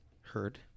Heard